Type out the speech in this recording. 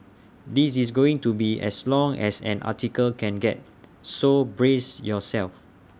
this is going to be as long as an article can get so brace yourself